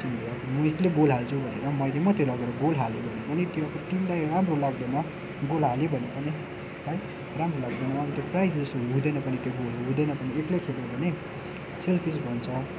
teamwork मैले एक्लै goal हाल्छु भन्दा मैले मात्रै लगेर गोल हाल्यो भने कुनै त्यो टिमलाई राम्रो लाग्दैन हाल्यो भने पनि है राम्रो लाग्दैन अन्त प्रायःजस्तो हुँदैन पनि त्यो गोल हुँदैन पनि एक्लै खेल्यो भने सेल्फिस भन्छ